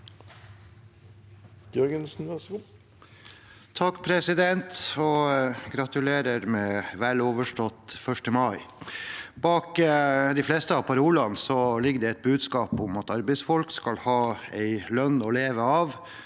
(R) Gratulerer med vel overstått 1. mai! Bak de fleste av parolene ligger det et budskap om at arbeidsfolk skal ha en lønn å leve av,